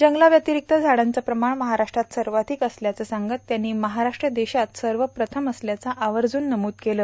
जंगला व्यतिरिक्त झाडांचे प्रमाण महाराष्ट्रात सर्वाधिक असल्याचं सांगत त्यांनी महाराष्ट्र देशात सर्वप्रथम असल्याचं आवर्जून नमूद केलं